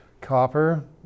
Copper